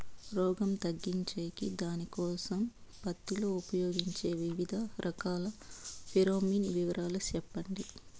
రోగం తగ్గించేకి దానికోసం పత్తి లో ఉపయోగించే వివిధ రకాల ఫిరోమిన్ వివరాలు సెప్పండి